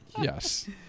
Yes